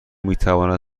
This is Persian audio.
میتواند